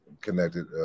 connected